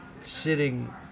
sitting